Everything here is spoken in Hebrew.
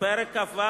כולו